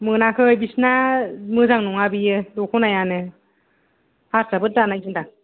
मोनाखै बिसिना मोजां नङा बियो दख'नायानो हारसाफोर दानायसो दां